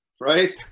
Right